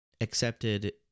accepted